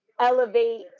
elevate